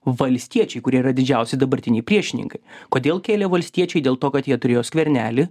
valstiečiai kurie yra didžiausi dabartiniai priešininkai kodėl kėlė valstiečiai dėl to kad jie turėjo skvernelį